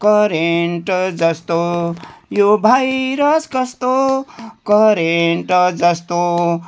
current जस्तो यो virus कस्तो करेन्ट जस्तो